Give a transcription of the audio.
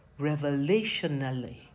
revelationally